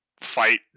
fight